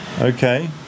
Okay